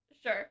Sure